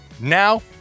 now